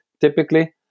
typically